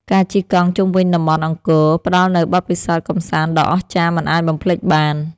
ការជិះកង់ជុំវិញតំបន់អង្គរ ផ្តល់នូវបទពិសោធន៍កម្សាន្តដ៏អស្ចារ្យមិនអាចបំភ្លេចបាន។